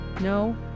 no